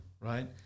right